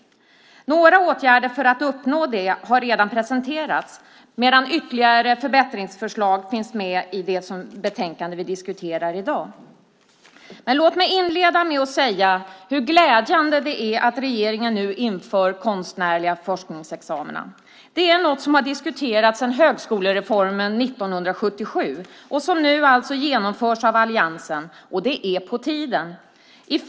Några åtgärder för att uppnå detta har redan presenterats, medan ytterligare förbättringsförslag finns med i det betänkande vi diskuterar i dag. Låt mig inleda med att säga hur glädjande det är att regeringen nu inför konstnärliga forskningsexamina. Det är något som har diskuterats sedan högskolereformen 1977 och som nu genomförs av alliansen. Det är på tiden.